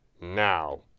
Now